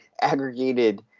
aggregated